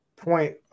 Point